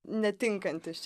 netinkantis čia